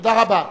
תודה רבה.